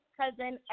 cousin